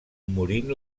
morint